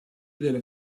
della